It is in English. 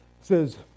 says